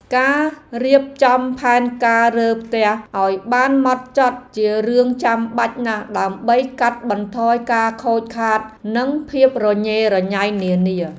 ការរៀបចំផែនការរើផ្ទះឱ្យបានហ្មត់ចត់ជារឿងចាំបាច់ណាស់ដើម្បីកាត់បន្ថយការខូចខាតនិងភាពរញ៉េរញ៉ៃនានា។